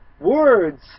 words